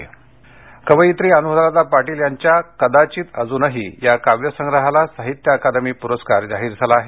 साहित्य अकादमी कवयित्री अनुराधा पाटील यांच्या कदाचित अजूनही या काव्य संग्रहाला साहित्य अकादमी पुरस्कार जाहीर झाला आहे